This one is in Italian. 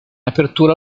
apertura